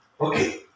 Okay